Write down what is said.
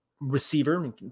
receiver